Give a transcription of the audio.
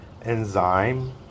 enzyme